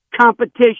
competition